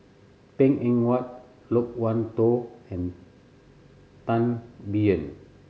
Png Eng Huat Loke Wan Tho and Tan Biyun